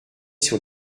sur